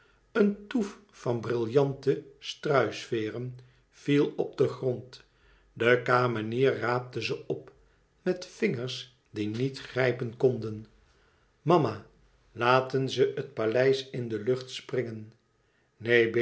een touffe van brillanten struisveêren viel op den grond de kamenier raapte ze op met vingers die niet grijpen konden mama laten ze het paleis in de lucht springen